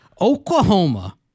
Oklahoma